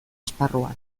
esparruan